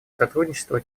сотрудничество